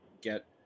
get